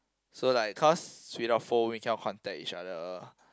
so like cause without phone we cannot contact each other